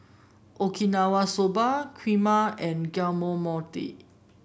Okinawa Soba Kheema and